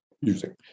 using